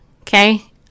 okay